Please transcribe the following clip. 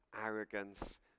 arrogance